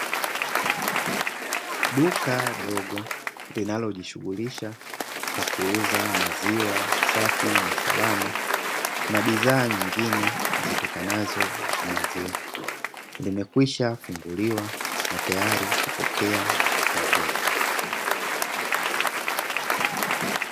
Duka dogo linalojishughulisha kwa kuuza maziwa safi na salama na bidhaa nyingine zitokanazo na maziwa limekwisha funguliwa na tayari kupokea wateja.